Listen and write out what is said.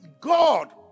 God